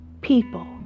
people